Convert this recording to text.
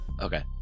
okay